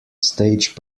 stage